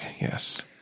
Yes